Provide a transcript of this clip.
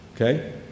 Okay